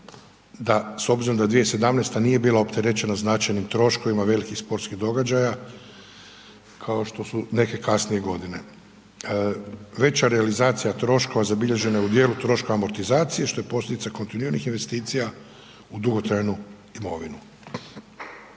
da s obzirom da 2017. nije bila opterećena značajnim troškovima velikih sportskih događaja kao što su neke kasnije godine. Veća realizacija troškova zabilježena je u dijelu troška amortizacije što je posljedica kontinuiranih investicija u dugotrajnu imovinu.